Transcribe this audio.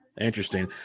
Interesting